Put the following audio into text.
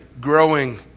growing